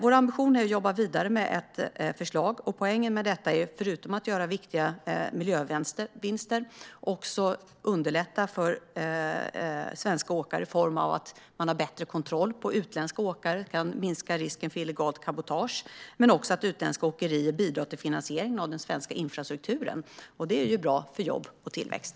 Vår ambition är att jobba vidare med ett förslag. Poängen med detta är, förutom att göra viktiga miljövinster, att underlätta för svenska åkare genom att vi har bättre kontroll på utländska åkare, vilket kan minska risken för illegalt cabotage. Utländska åkerier kan också bidra till finansieringen av den svenska infrastrukturen, vilket ju är bra för jobb och tillväxt.